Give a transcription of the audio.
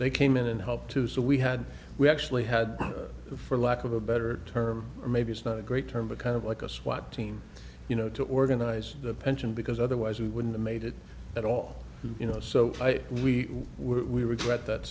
they came in and helped too so we had we actually had for lack of a better term or maybe it's not a great term a kind of like a swat team you know to organize the pension because otherwise we wouldn't have made it at all you know so we were we regret that